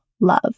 love